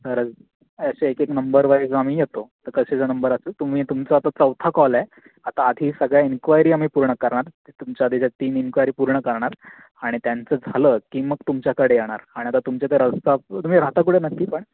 खरंच असं एक एक नंबर वाईस आम्ही येतो तर कसं जर नंबर असेल तर तुम्ही तुमचा आता चौथा कॉल आहे आता आधी सगळ्या इन्क्वायरी आम्ही पूर्ण करणार जे तुमच्या आधीच्या तीन इन्क्वायरी पूर्ण करणार आणि त्यांचं झालं की मग तुमच्याकडे येणार आणि आता तुमच्या इथे रस्ता तुम्ही राहता कुठे नक्की पण